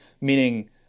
meaning